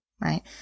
right